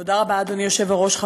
תודה רבה, אדוני היושב-ראש.